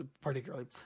particularly